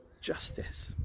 justice